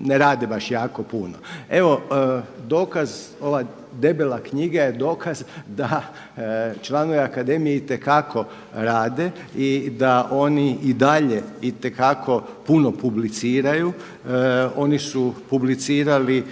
ne rade baš jako puno. Evo dokaz, ova debela knjiga je dokaz da članovi akademije itekako rade i da oni i dalje itekako puno publiciraju, oni su publicirali